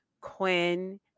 Quinn